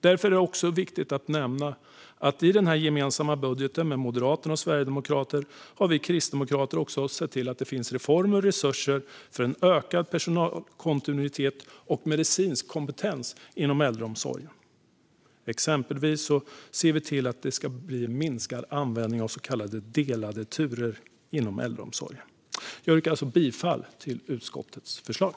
Därför är det också viktigt att nämna att i den gemensamma budgeten med moderater och sverigedemokrater har vi kristdemokrater också sett till att det finns reformer och resurser för ökad personalkontinuitet och medicinsk kompetens inom äldreomsorgen. Exempelvis ser vi till att det ska bli minskad användning av så kallade delade turer inom äldreomsorgen. Jag yrkar bifall till utskottets förslag.